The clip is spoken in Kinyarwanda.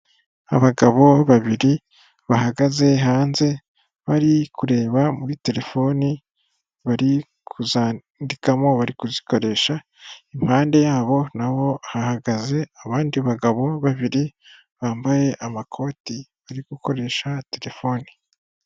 Abagabo babiri bahagaze hanze bari kureba muri telefoni bari kuzandikamo bari kuzikoresha, impande yabo naho hahagaze abandi bagabo babiri bambaye amakoti bari gukoresha terefone.